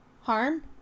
harm